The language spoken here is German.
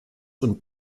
und